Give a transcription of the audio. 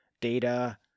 Data